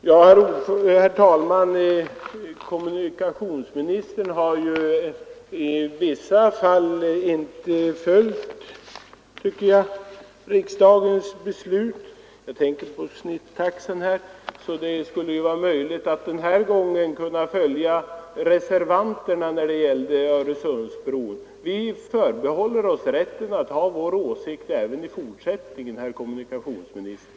Herr talman! Kommunikationsministern har i vissa fall, tycker jag, inte följt riksdagens beslut — jag tänker då på snittaxan. Därför tycker jag att det skulle vara möjligt att följa reservanternas linje när det gällde Öresundsbron. Vi förbehåller oss rätten att ha vår åsikt även i fortsättningen, herr kommunikationsminister!